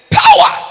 power